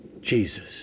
Jesus